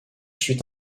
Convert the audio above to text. suit